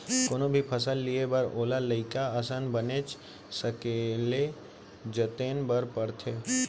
कोनो भी फसल लिये बर ओला लइका असन बनेच सखले जतने बर परथे